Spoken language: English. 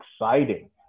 exciting